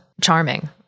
charming